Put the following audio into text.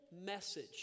message